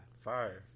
Fire